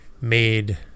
made